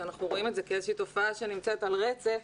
שאנחנו רואים את זה כאיזושהי תופעה שנמצאת על רצף,